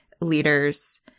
leaders